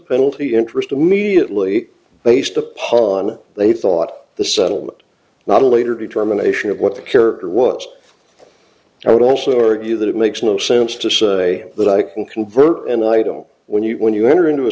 penalty interest immediately based upon they thought the settlement not only her determination of what the character was i would also argue that it makes no sense to say that i can convert and i don't know when you when you enter into a